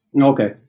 Okay